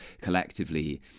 collectively